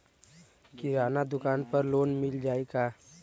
किराना दुकान पर लोन मिल जाई का?